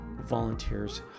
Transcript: volunteers